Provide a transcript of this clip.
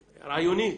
רעיוני,